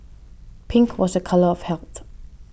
pink was a colour of health